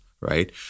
right